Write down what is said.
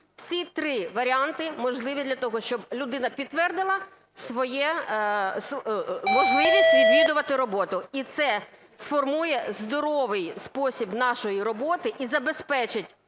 Всі три варіанти можливі для того, щоб людина підтвердила свою можливість відвідувати роботу. І це сформує здоровий спосіб нашої роботи і забезпечить